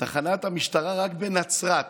רק בתחנת המשטרה בנצרת